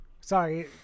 sorry